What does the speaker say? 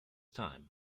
time